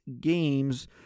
games